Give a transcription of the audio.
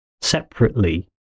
separately